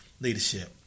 Leadership